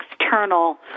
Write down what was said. external